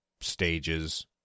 stages